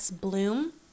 bloom